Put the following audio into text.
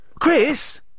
Chris